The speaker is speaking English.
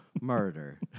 murder